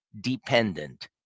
dependent